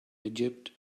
egypt